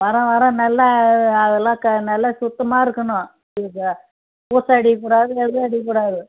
வரேன் வரேன் நல்லா அதெலாம் க நல்லா சுத்தமாக இருக்கணும் புரியுதா ஊச அடிக்கக்கூடாது எதுவும் அடிக்கக்கூடாது